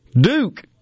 Duke